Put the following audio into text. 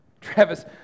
Travis